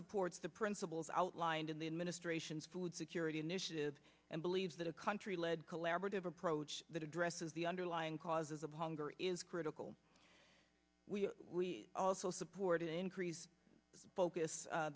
supports the principles outlined in the administration's food security initiative and believes that a country led collaborative approach that addresses the underlying causes of hunger is critical we also support an increased focus